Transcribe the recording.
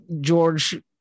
George